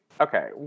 Okay